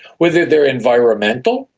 whether they are environmental,